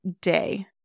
day